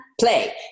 play